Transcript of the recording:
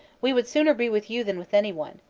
ve would sooner be with you than with anyone,